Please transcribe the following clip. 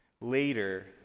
Later